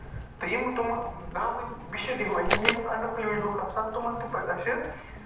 تہٕ یِم تِمہٕ گامٕکۍ یِم اَنڈر پٔلیڈ لُکھ آسن تِمَن تہِ پزِ اَسہِ